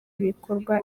ibikorwa